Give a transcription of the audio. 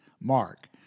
mark